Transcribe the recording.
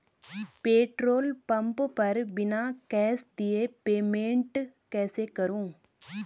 Petrol pump पर बिना cash दिए पेमेंट कैसे करूँ?